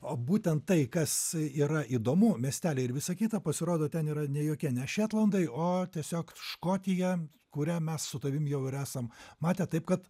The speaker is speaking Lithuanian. o būtent tai kas yra įdomu miesteliai ir visa kita pasirodo ten yra ne jokie ne šetlandai o tiesiog škotija kurią mes su tavim jau ir esam matę taip kad